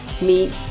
meet